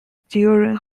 during